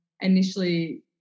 initially